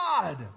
God